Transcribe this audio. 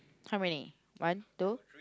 how many one two